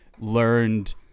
learned